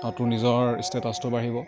আৰু তোৰ নিজৰ ষ্টেটাচটো বাঢ়িব